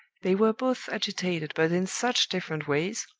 they were both agitated, but in such different ways!